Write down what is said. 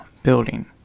Building